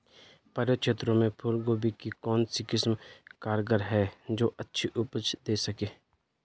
पर्वतीय क्षेत्रों में फूल गोभी की कौन सी किस्म कारगर है जो अच्छी उपज दें सके?